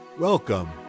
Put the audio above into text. Welcome